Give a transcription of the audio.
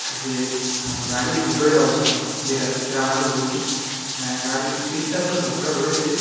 যে গাড়ির ভিতরের অবস্থা যেটা সেটা আপনাকে বলছি গাড়ির সিটটা তো নোংরা রয়েছেই